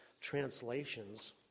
translations